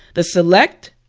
the select,